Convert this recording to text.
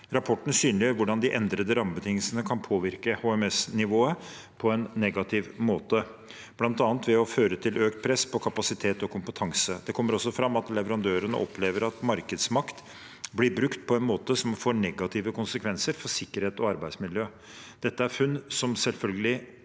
Rapporten synliggjør hvordan de endrede rammebetingelsene kan påvirke HMS-nivået på en negativ måte, bl.a. ved å føre til økt press på kapasitet og kompetanse. Det kommer også fram at leverandørene opplever at markedsmakt blir brukt på en måte som får negative konsekvenser for sikkerhet og arbeidsmiljø. Dette er funn som selvfølgelig må